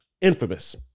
infamous